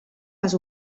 les